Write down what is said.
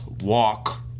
walk